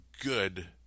good